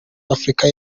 afurika